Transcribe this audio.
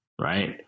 right